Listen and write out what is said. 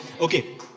Okay